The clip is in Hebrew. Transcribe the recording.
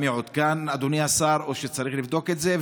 מעודכן בכל הדברים האלה או שצריך לבדוק את זה?